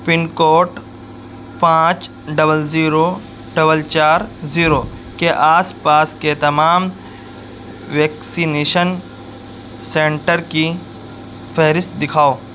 پن code پانچ ڈول zero ڈول چار زیرو کے آس پاس کے تمام ویکسینیشن سینٹر کی فہرست دکھاؤ